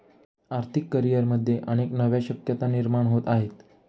आर्थिक करिअरमध्ये अनेक नव्या शक्यता निर्माण होत आहेत